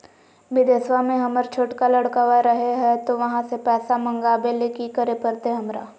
बिदेशवा में हमर छोटका लडकवा रहे हय तो वहाँ से पैसा मगाबे ले कि करे परते हमरा?